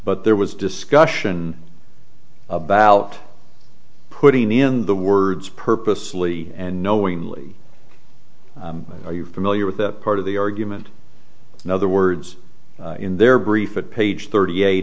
but there was discussion about putting in the words purposely and knowingly are you familiar with that part of the argument in other words in their brief it page thirty eight